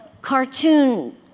cartoon